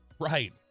Right